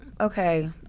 okay